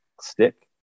stick